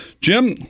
Jim